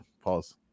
pause